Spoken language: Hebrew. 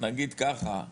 נגיד ככה,